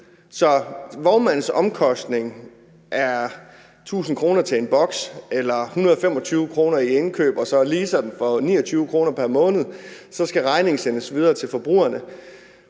Så vognmandens omkostning er 1.000 kr. til en boks eller 125 kr. i indkøb og så en leasingpris på 29 kr. pr. måned. Så skal regningen sendes videre til forbrugerne,